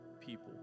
people